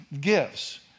gifts